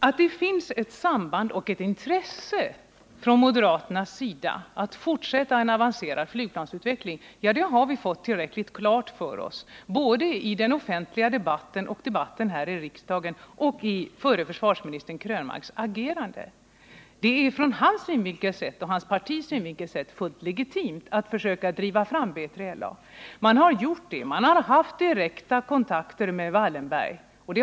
Alt det finns ett samband här och ett intresse från moderaternas sida att fortsätta en avancerad flygplansutveckling, det har vi fått tillräckligt klart för oss både i den offentliga debatten och i debatten här i riksdagen samt genom den förre försvarsministern Krönmarks agerande. Det är ur hans och hans partis synvinkel sett fullt legitimt att försöka driva fram B3LA. Man har gjort det och haft direkta kontakter med Marcus Wallenberg.